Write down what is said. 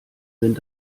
sind